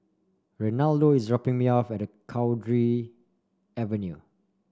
Reinaldo is dropping me off at Cowdray Avenue